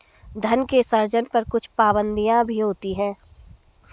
धन के सृजन पर कुछ पाबंदियाँ भी होती हैं